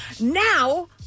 now